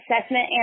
Assessment